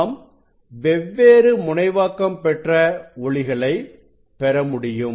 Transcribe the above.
நாம் வெவ்வேறு முனைவாக்கம் பெற்ற ஒளிகளை பெறமுடியும்